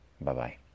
Bye-bye